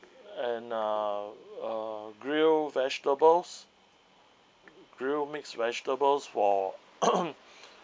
and uh uh grilled vegetables grill mixed vegetables for